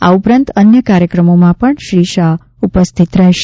આ ઉપરાંત અન્ય કાર્યક્રમોમાં શ્રી શાહ ઉપસ્થિત રહેશે